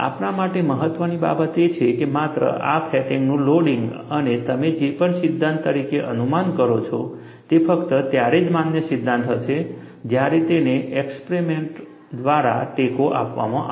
આપણા માટે મહત્ત્વની બાબત એ છે કે માત્ર આ ફેટિગનું લોડિંગ અને તમે જે પણ સિદ્ધાંત તરીકે અનુમાન કરો છો તે ફક્ત ત્યારે જ માન્ય સિદ્ધાંત હશે જ્યારે તેને એક્સપરીમેન્ટ્સ દ્વારા ટેકો આપવામાં આવશે